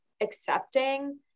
accepting